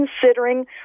considering